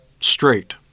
straight